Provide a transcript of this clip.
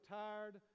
tired